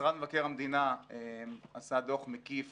משרד מבקר המדינה עשה דוח מקיף